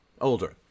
Older